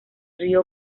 río